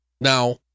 Now